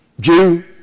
Jew